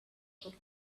could